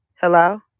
Hello